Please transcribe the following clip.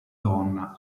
donna